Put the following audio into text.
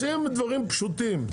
דברים פשוטים.